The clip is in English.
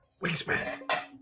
Wingspan